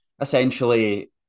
essentially